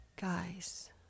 Guys